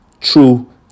true